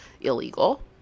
illegal